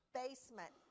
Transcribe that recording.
basement